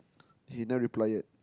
he never reply yet